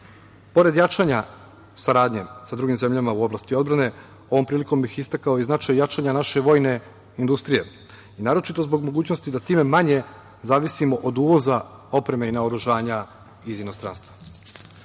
jačanja saradnje sa drugim zemljama u oblasti odbrane ovom prilikom bih istakao i značaj jačanja naše vojne industrije, naročito zbog mogućnosti da time manje zavisimo od uvoza opreme i naoružanja iz inostranstva. Dozvolite